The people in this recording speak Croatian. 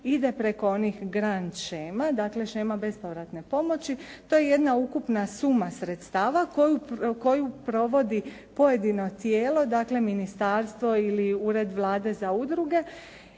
ide preko onih Grand shema, dakle shema bespovratne pomoći. To je jedna ukupna suma sredstava koju provodi pojedino tijelo dakle ministarstvo ili Ured Vlade za udruge.